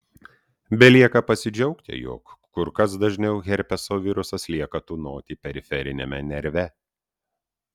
belieka pasidžiaugti jog kur kas dažniau herpeso virusas lieka tūnoti periferiniame nerve